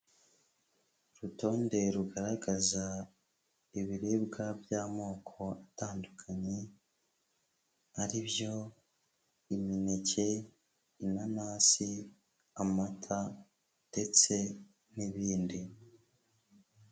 Urutonde rugaragaza ibiribwa by'amoko atandukanye ari byo imineke, inanasi, amata ndetse n'ibindi.